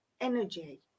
energy